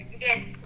yes